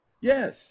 Yes